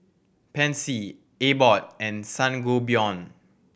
Pansy Abbott and Sangobion